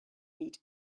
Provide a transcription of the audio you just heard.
meet